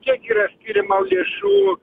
kiek yra skiriama lėšų